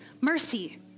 mercy